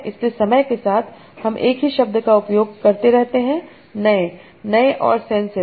इसलिए समय के साथ हम एक ही शब्द का उपयोग करते रहते हैं नए नए और सेंसेज